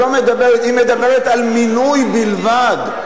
היא מדברת על ניהול בלבד.